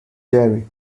jerry